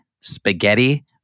spaghetti